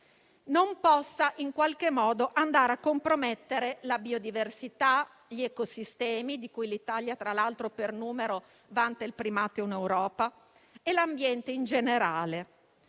non possa, in qualche modo, andare a compromettere la biodiversità, gli ecosistemi - di cui l'Italia, tra l'altro, vanta il primato in Europa per numero - e l'ambiente in generale.